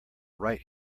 right